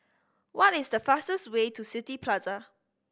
what is the fastest way to City Plaza